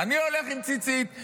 אני הולך עם ציצית.